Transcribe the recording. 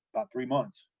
about three months.